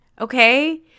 okay